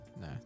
no